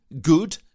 good